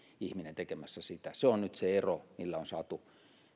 ihminen tekemässä sitä se on nyt se ero millä on saatu